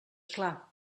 clar